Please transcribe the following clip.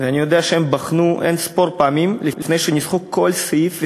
ואני יודע שהם בחנו אין-ספור פעמים לפני שניסחו כל סעיף וסעיף.